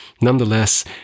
Nonetheless